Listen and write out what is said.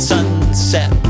Sunset